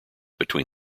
between